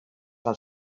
del